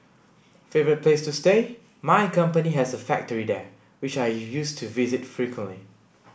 favourite place to stay my company has a factory there which I used to visit frequently